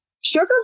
Sugar